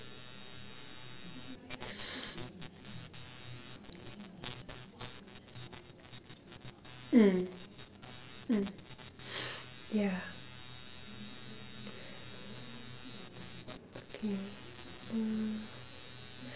(mm) mm yeah okay mm